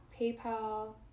paypal